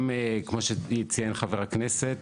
גם כמו שציין חבר הכנסת,